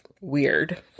weird